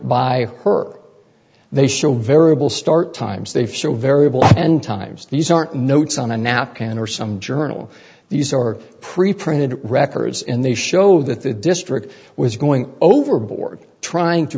by her they show variable start times they've shown variable and times these aren't notes on a napkin or some journal these are preprinted records in the show that the district was going overboard trying to